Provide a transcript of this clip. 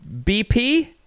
bp